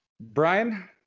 Brian